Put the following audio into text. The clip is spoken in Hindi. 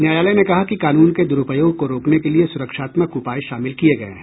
न्यायालय ने कहा कि कानून के दुरूपयोग को रोकने के लिए सुरक्षात्मक उपाय शामिल किये गए हैं